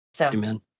Amen